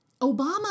Obama